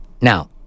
Now